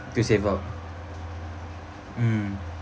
to save up mm